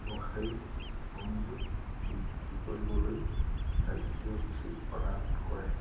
ব্যৱসায়িক সংযোগ বৃদ্ধি কৰিবলৈ কাৰ্যসূচী প্ৰদান কৰে